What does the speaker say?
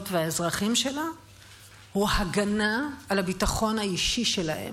והאזרחים שלה הוא הגנה על הביטחון האישי שלהם,